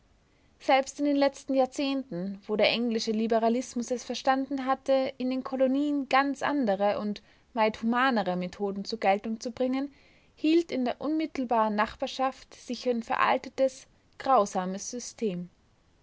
selbst in den letzten jahrzehnten wo der englische liberalismus es verstanden hatte in den kolonien ganz andere und weit humanere methoden zur geltung zu bringen hielt in der unmittelbaren nachbarschaft sich ein veraltetes grausames system